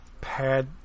pad